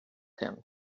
him